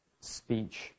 speech